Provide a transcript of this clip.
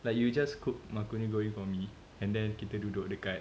like you just cook macaroni goreng for me and then kita duduk dekat